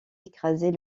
écraser